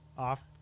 off